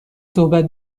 صحبت